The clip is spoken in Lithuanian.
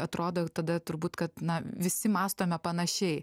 atrodo tada turbūt kad visi mąstome panašiai